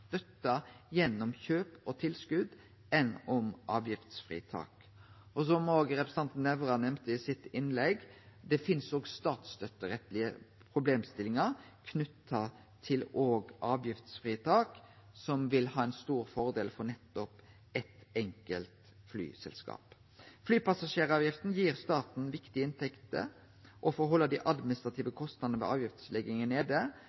tilskot enn gjennom avgiftsfritak. Og som representanten Nævra nemnde i sitt innlegg, finst det òg statsstøtterettslege problemstillingar knytte til avgiftsfritak som vil gi ein stor fordel for nettopp eitt enkelt flyselskap. Flypassasjeravgifta gir staten viktige inntekter, og for å halde dei administrative kostnadene ved avgiftslegginga nede,